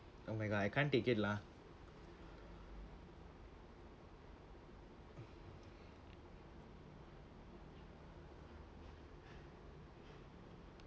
oh my god I can't take it lah